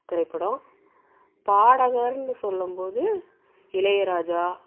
திரைப்படம் பாடகர்னு சொல்லும் போது இளையராஜா